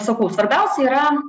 sakau svarbiausia yra